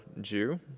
Jew